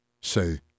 say